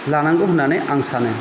लानांगौ होननानै आं सानो